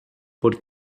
por